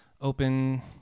open